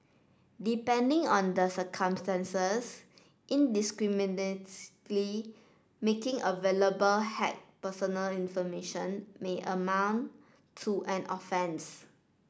depending on the circumstances indiscriminately making available hacked personal information may amount to an offence